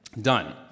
Done